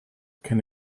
can